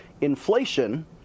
inflation